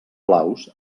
blaus